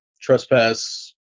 trespass